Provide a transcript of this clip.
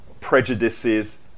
prejudices